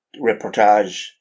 reportage